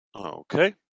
Okay